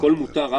הכול מותר,